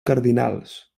cardinals